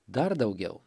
dar daugiau